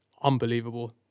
unbelievable